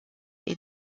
est